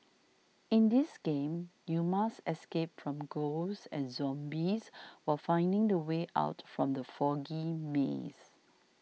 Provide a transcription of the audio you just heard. in this game you must escape from ghosts and zombies while finding the way out from the foggy maze